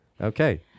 okay